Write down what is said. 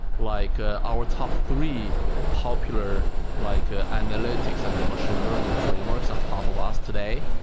like ah our top three popular like ah analytics and the machine learning frameworks on top of us today,